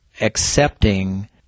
accepting